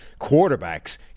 quarterbacks